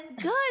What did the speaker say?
Good